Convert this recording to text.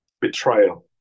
betrayal